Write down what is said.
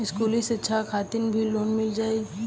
इस्कुली शिक्षा खातिर भी लोन मिल जाई?